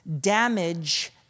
damage